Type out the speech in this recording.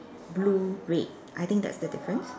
blue red I think that's the difference